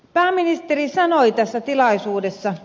pääministeri sanoi tässä tilaisuudessa